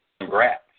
congrats